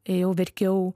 ėjau verkiau